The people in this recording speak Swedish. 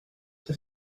det